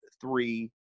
three